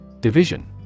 Division